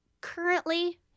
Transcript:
currently